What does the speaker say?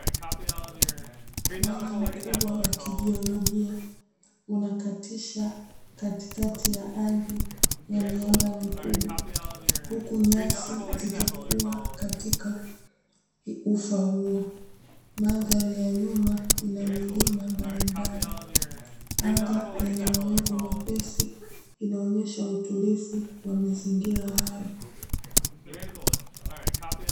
Mwanya mkubwa wa kijiolojia unakatisha katikati ya ardhi ya miamba mikubwa huku nyasi zikikua katika ufa huo. Mandhari ya nyuma ina milima mbalimbali. Anga yenye mawingu mepesi inaonyesha utulivu wa mazingira hayo.